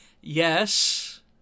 yes